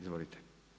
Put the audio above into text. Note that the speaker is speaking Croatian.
Izvolite.